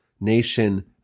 nation